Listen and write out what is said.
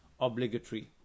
obligatory